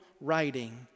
writing